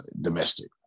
domestic